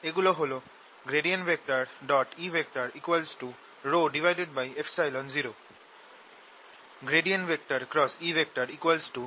এগুলো হল E 0 E B∂t